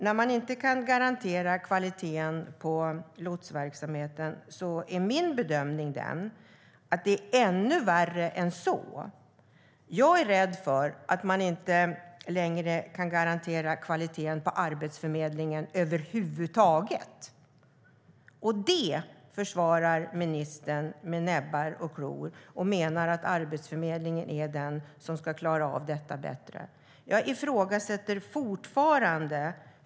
När man inte kan garantera kvaliteten på lotsverksamheten är min bedömning att det är ännu värre än så. Jag är rädd för att man inte längre kan garantera kvaliteten på Arbetsförmedlingen över huvud taget. Det försvarar ministern med näbbar och klor, och hon menar att Arbetsförmedlingen är den som ska klara av detta bättre. Jag ifrågasätter fortfarande detta.